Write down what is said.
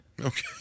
Okay